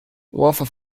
wolf